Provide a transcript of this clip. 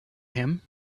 him